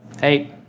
Hey